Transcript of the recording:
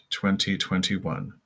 2021